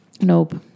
Nope